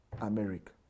america